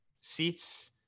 seats